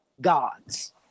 gods